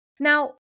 Now